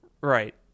right